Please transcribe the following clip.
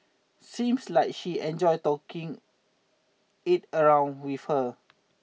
seems like she enjoyed taking it around with her